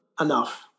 enough